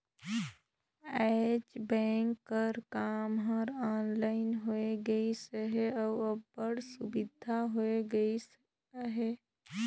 आएज बेंक कर काम हर ऑनलाइन होए गइस अहे अउ अब्बड़ सुबिधा होए गइस अहे